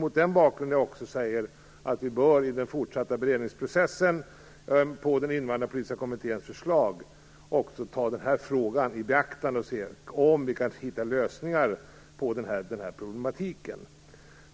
Mot den bakgrunden säger jag att vi i den fortsatta beredningsprocessen, på Invandrarpolitiska kommitténs förslag, också bör ta den här frågan i beaktande för att se om vi kan hitta lösningar på den här problematiken.